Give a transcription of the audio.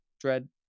Dread